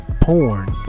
porn